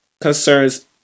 concerns